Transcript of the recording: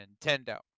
Nintendo